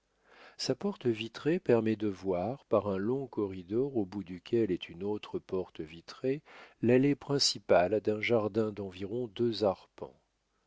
sa porte vitrée permet de voir par un long corridor au bout duquel est une autre porte vitrée l'allée principale d'un jardin d'environ deux arpents